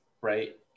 right